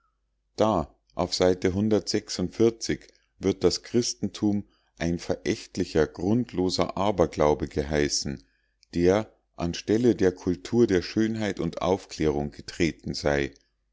da auf seite wird das christentum ein verächtlicher grundloser aberglaube geheißen der an stelle der kultur der schönheit und aufklärung getreten sei